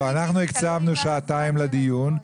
אנחנו הקצבנו שעתיים לדיון.